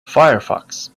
firefox